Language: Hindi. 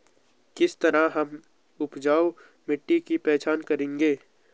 किस तरह हम उपजाऊ मिट्टी की पहचान करेंगे?